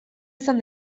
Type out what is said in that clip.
izan